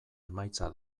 emaitza